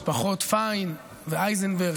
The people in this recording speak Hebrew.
משפחות פיין ואייזנברג.